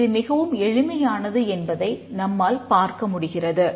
எனவே இது மிகவும் எளிமையானது என்பதை நம்மால் பார்க்க முடிகிறது